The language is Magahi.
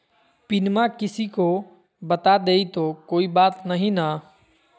पिनमा किसी को बता देई तो कोइ बात नहि ना?